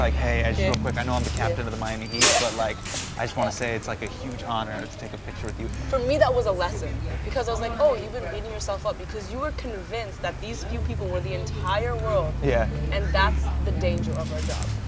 like hey, i just real quick i know i'm the captain of the miami heat yeah but like i just want to say it's like a huge honor to take a picture with you. for me that was a lesson. because i was like, oh, you've been beating yourself up because you were convinced that these few people were the entire world yeah. and that's the danger of our job.